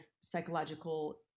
psychological